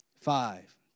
Five